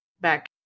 back